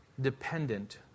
dependent